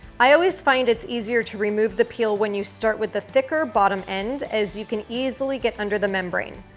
i always find it's easier to remove the peel when you start with the thicker bottom end, as you can easily get under the membrane.